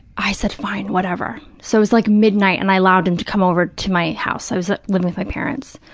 i said, fine, whatever, so it was like midnight and i allowed him to come over to my house. i was ah living with my parents.